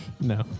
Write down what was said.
No